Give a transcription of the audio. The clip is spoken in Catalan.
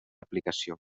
aplicació